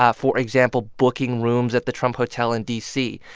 ah for example, booking rooms at the trump hotel in d c.